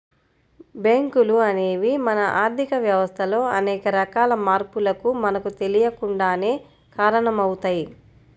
బ్యేంకులు అనేవి మన ఆర్ధిక వ్యవస్థలో అనేక రకాల మార్పులకు మనకు తెలియకుండానే కారణమవుతయ్